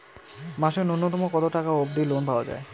মাসে নূন্যতম কতো টাকা অব্দি লোন পাওয়া যায়?